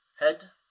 head